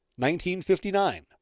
1959